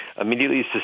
immediately